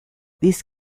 these